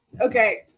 okay